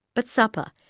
but supper,